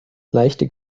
leichte